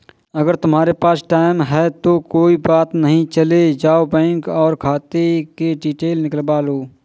अगर तुम्हारे पास टाइम है तो कोई बात नहीं चले जाओ बैंक और खाते कि डिटेल निकलवा लो